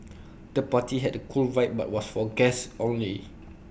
the party had A cool vibe but was for guests only